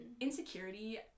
insecurity